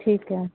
ਠੀਕ ਹੈ